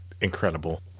incredible